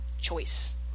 choice